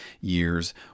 years